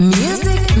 music